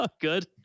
Good